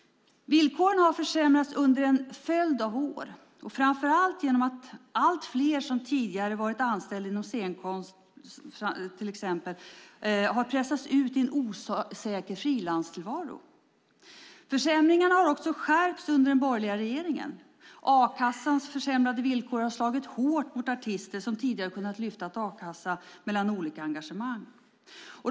Villkoren har försämrats under en följd av år, framför allt genom att allt fler som tidigare varit anställda inom till exempel scenkonsten har pressats ut i en osäker frilanstillvaro. Försämringarna har skärpts under den borgerliga regeringen. A-kassans försämrade villkor har slagit hårt mot artister som tidigare kunnat lyfta a-kassa mellan olika engagemang.